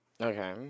Okay